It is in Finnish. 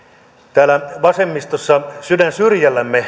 täällä vasemmistossa sydän syrjälläni